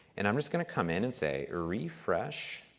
and i'm just going to come in and say refresh